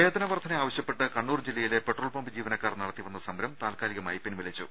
വേതന വർദ്ധന ആവശ്യപ്പെട്ട് കണ്ണൂർ ജില്ലയിലെ പെട്രോൾ പമ്പ് ജീവനക്കാർ നടത്തി വന്ന സമരം താൽക്കാലികമായി പിൻവലിച്ചു